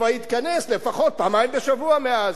כבר התכנס לפחות פעמיים בשבוע מאז.